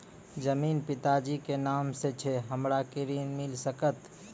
जमीन पिता जी के नाम से छै हमरा के ऋण मिल सकत?